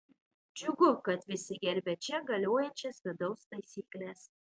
džiugu kad visi gerbia čia galiojančias vidaus taisykles